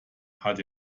hat